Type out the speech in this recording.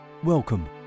Welcome